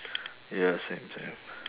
ya same same